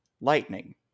lightning